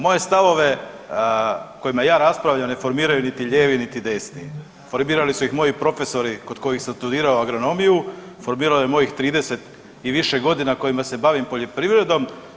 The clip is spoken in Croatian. Moje stavove o kojima ja raspravljam ne formiraju niti lijevi niti desni, formirali su ih moji profesori kod kojih sam studirao agronomiju, formiralo je mojih 30 i više godina kojima se bavim poljoprivredom.